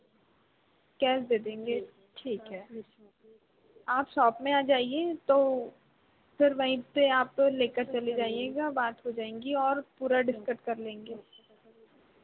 cash दे देंगे ठीक है आप शॉप में आ जाइए तो फिर वहीं पे आप ले कर चले जाइएगा बात हो जाएगी और पूरा डिसकस कर लेंगे